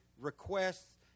requests